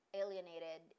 alienated